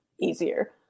easier